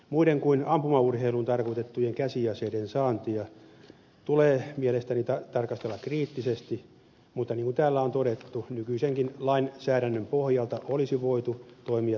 muiden kuin ampumaurheiluun tarkoitettujen käsiaseiden saantia tulee mielestäni tarkastella kriittisesti mutta niin kuin täällä on todettu nykyisenkin lainsäädännön pohjalta olisi voitu toimia toisinkin